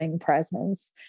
presence